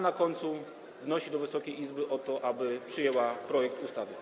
Na końcu wnosi do Wysokiej Izby o to, aby przyjęła projekt ustawy.